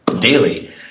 daily